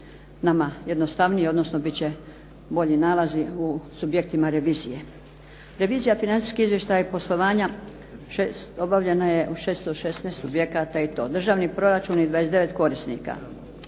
nama jednostavnije, odnosno bit će bolji nalazi u subjektima revizije. Revizija financijskih izvještaja i poslovanja obavljena je u 616 subjekata i to: državni proračun 29 korisnika,